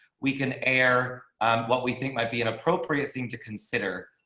we can air what we think might be an appropriate thing to consider.